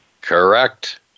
Correct